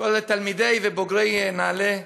כל תלמידי ובוגרי נעל"ה,